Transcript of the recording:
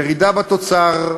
ירידה בתוצר,